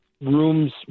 rooms